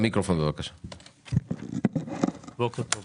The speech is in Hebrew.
בוקר טוב.